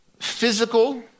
physical